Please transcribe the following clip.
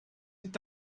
est